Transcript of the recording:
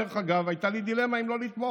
דרך אגב, הייתה לי דילמה אם לא לתמוך